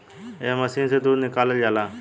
एह मशीन से दूध निकालल जाला